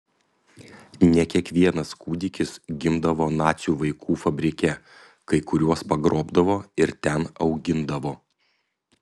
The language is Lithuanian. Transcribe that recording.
ne kiekvienas kūdikis gimdavo nacių vaikų fabrike kai kuriuos pagrobdavo ir ten augindavo